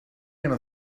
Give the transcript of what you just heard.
gonna